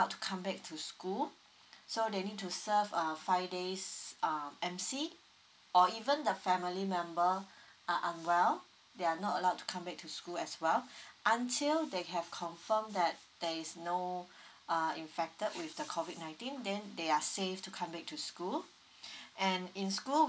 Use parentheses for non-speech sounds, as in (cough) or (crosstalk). to come back to school so they need to serve a five days err emcee or even the family member are unwell they are not allowed to come back to school as well (breath) until they have confirm that there is no uh infected with the COVID nineteen then they are safe to come back to school (breath) and in school